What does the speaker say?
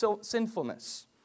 sinfulness